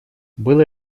было